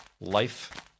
life